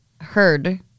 heard